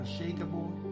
unshakable